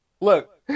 Look